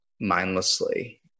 mindlessly